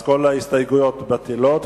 כל ההסתייגויות בטלות.